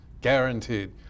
guaranteed